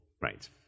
Right